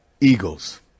eagles